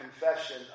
confession